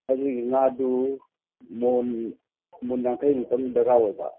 ꯑꯗꯨꯒꯤ ꯉꯥꯗꯨ ꯃꯣꯟ ꯃꯣꯟ ꯌꯥꯡꯈꯩ ꯃꯨꯛꯇꯪ ꯗꯔꯀꯥꯔ ꯑꯣꯏꯕ